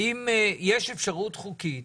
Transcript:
האם יש אפשרות חוקית